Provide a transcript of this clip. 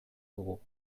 dugu